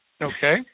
Okay